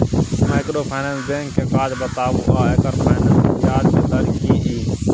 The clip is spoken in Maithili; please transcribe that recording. माइक्रोफाइनेंस बैंक के काज बताबू आ एकर फाइनेंस पर ब्याज के दर की इ?